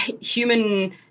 human